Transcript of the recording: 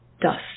dust